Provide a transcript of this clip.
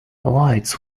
lights